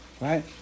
right